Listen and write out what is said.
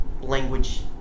Language